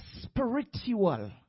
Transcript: spiritual